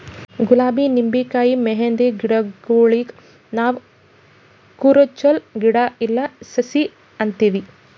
ಗುಲಾಬಿ ನಿಂಬಿಕಾಯಿ ಮೆಹಂದಿ ಗಿಡಗೂಳಿಗ್ ನಾವ್ ಕುರುಚಲ್ ಗಿಡಾ ಇಲ್ಲಾ ಸಸಿ ಅಂತೀವಿ